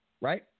Right